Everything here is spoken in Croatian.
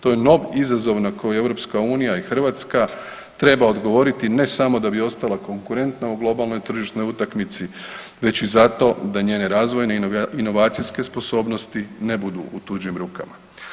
To je novi izazov na koji EU i Hrvatska treba odgovoriti ne samo da bi ostala konkurentna u globalnoj tržišnoj utakmici, već i zato da njene razvojne inovacijske sposobnosti ne budu u tuđim rukama.